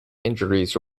injuries